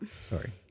Sorry